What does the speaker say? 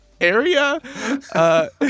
area